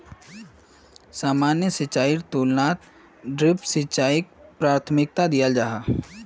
सामान्य सिंचाईर तुलनात ड्रिप सिंचाईक प्राथमिकता दियाल जाहा